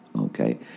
Okay